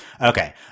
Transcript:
Okay